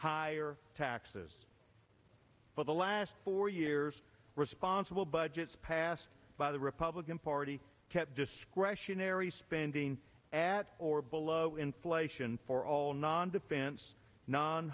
higher taxes for the last four years responsible budgets passed by the republican party kept discretionary spending at or below inflation for all non defense non